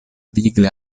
vigle